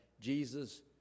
Jesus